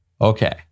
Okay